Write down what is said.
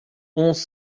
onze